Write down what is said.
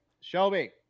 Shelby